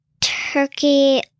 turkey